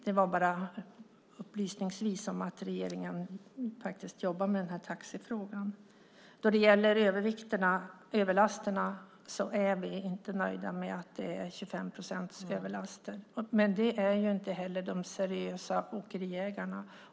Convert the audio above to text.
Detta sagt upplysningsvis. Regeringen arbetar alltså med taxifrågan. Då det gäller överlasterna är vi inte nöjda med att det finns överlaster på 25 procent, och det är inte heller de seriösa åkeriägarna.